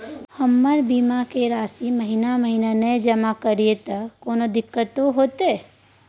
हम बीमा के राशि महीना महीना नय जमा करिए त कोनो दिक्कतों होतय?